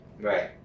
Right